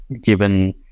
given